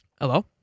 Hello